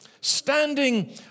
standing